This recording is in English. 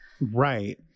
Right